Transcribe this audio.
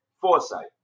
foresight